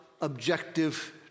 objective